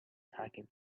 talking